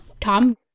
Tom